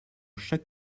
chaque